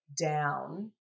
down